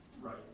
Right